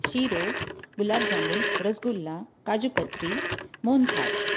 શીરો ગુલાબ જાંબુ રસગુલ્લા કાજુ કતરી મોહનથાળ